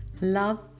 love